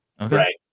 right